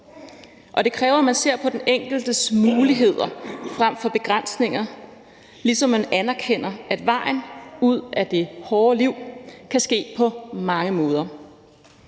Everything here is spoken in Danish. det kræver, at man ser på den enkeltes muligheder frem for begrænsninger, ligesom det kræver, at man anerkender, at vejen ud af det hårde liv kan ske på mange måder.